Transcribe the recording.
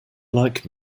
like